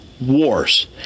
wars